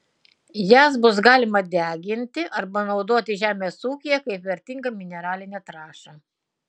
jas bus galima deginti arba naudoti žemės ūkyje kaip vertingą mineralinę trąšą